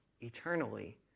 eternally